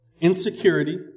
Insecurity